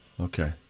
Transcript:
Okay